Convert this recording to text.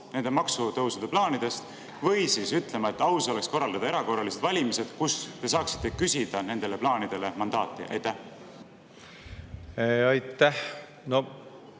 nende maksutõusude plaanidest või siis ütlema, et aus oleks korraldada erakorralised valimised, kus te saaksite küsida nendele plaanidele mandaati? Aitäh!